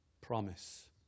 Promise